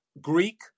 Greek